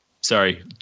Sorry